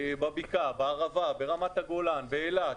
בבקעה, בערבה, ברמת הגולן, באילת,